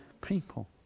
people